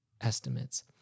estimates